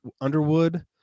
Underwood